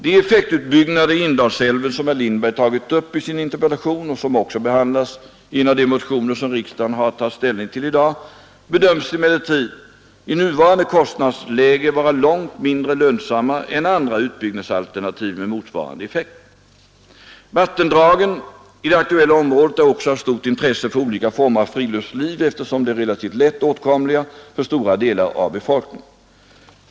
De effektutbyggnader i Indalsälven som herr Lindberg tagit upp i sin interpellation och som också behandlas i en av de motioner som riksdagen har att ta ställning till i dag bedöms emellertid i nuvarande kostnadsläge vara långt mindre lönsamma än andra utbyggnadsalternativ med motsvarande effekt. Vattendragen i det aktuella området är också av stort intresse för olika former av friluftsliv, eftersom de är relativt lätt åtkomliga för stora delar av befolkningen.